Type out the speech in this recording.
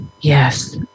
yes